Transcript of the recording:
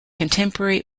contemporary